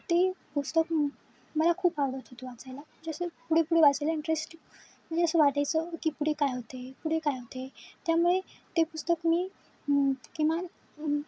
ते पुस्तक मला खूप आवडत होतं वाचायला जसं पुढे पुढे वाचायला इंटरेस्टिंग म्हणजे असं वाटायचं की पुढे काय होत आहे पुढे काय होत आहे त्यामुळे ते पुस्तक मी किमान